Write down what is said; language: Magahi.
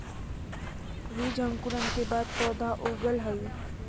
बीजांकुरण के बाद पौधा उगऽ हइ